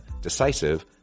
decisive